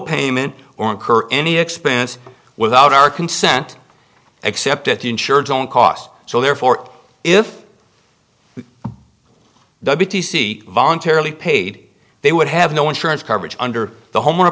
payment or incur any expense without our consent except at the insurance on cost so therefore if the b b c voluntarily paid they would have no insurance coverage under the home